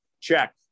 check